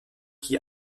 qui